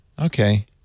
Okay